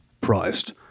priced